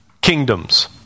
kingdoms